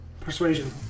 Persuasion